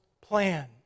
plan